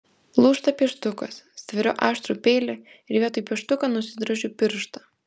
lūžta pieštukas stveriu aštrų peilį ir vietoj pieštuko nusidrožiu pirštą